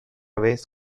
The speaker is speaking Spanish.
vez